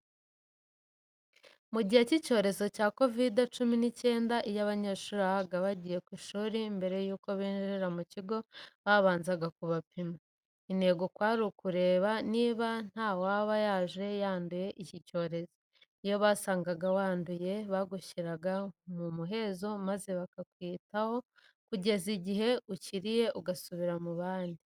Mu gihe cy'icyorezo cya Kovide cumi n'icyenda iyo abanyeshuri babaga bagiye ku ishuri mbere yuko binjira mu kigo babanzaga kubapima. Intego kwari ukureba niba ntawaba yaje yanduye icyi cyorezo. Iyo basangaga waranduye bagushyiraga mu muhezo maze bakakwitaho kugeza igihe ukiriye ugasubira mu bandi